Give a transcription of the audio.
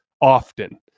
often